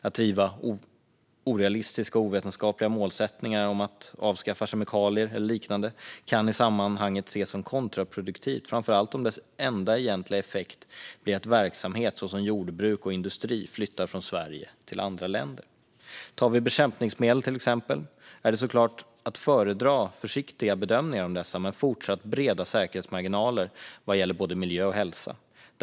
Att driva orealistiska och ovetenskapliga målsättningar om att avskaffa kemikalier eller liknande kan i sammanhanget ses som kontraproduktivt, framför allt om den enda egentliga effekten är att verksamhet, till exempel jordbruk och industri, flyttar från Sverige till andra länder. Vi kan ta bekämpningsmedel som exempel. Försiktiga bedömningar av dessa, med fortsatt breda säkerhetsmarginaler vad gäller både miljö och hälsa, är såklart att föredra.